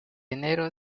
enero